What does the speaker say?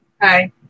Hi